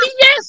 Yes